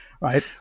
Right